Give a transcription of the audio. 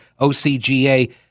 OCGA